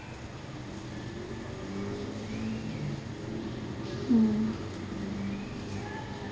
mm